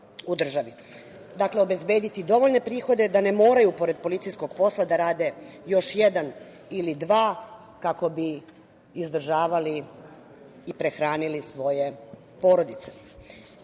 Dakle, obezbediti dovoljne prihode da ne moraju pored policijskog posla da rade još jedan ili dva, kako bi izdržavali i prehranili svoje